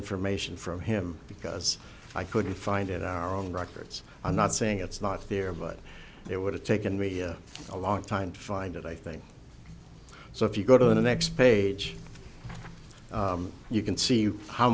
information from him because i couldn't find it our own records i'm not saying it's not there but it would have taken me a long time to find it i think so if you go to the next page you can see how